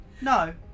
No